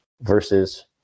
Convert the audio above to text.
versus